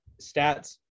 stats